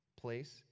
place